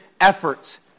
efforts